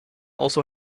also